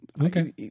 Okay